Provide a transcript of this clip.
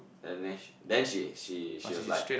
then next she then she she she was like